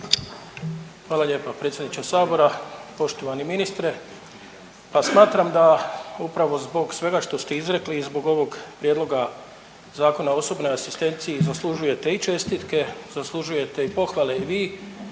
Hvala lijepa predsjedniče sabora. Poštovani ministre, pa smatram da upravo zbog svega što ste izrekli i zbog ovog prijedloga Zakona o osobnoj asistenciji zaslužujete i čestitke, zaslužujete i pohvale i vi